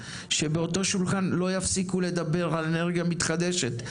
שבאותו שולחן לא יפסיקו לדבר על אנרגיה מתחדשת,